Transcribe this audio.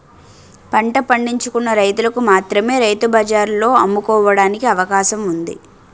పంట పండించుకున్న రైతులకు మాత్రమే రైతు బజార్లలో అమ్ముకోవడానికి అవకాశం ఉంది